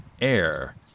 air